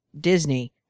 Disney